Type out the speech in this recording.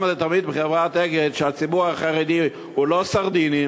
אחת ולתמיד בחברת "אגד" שהציבור החרדי הוא לא סרדינים,